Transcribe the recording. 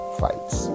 fights